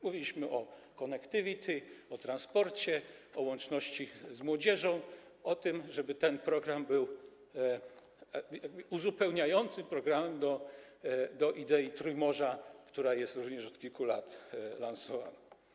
Mówiliśmy o connectivity, o transporcie, o łączności z młodzieżą, o tym, żeby ten program był uzupełniającym programem wobec idei Trójmorza, która jest również od kilku lat lansowana.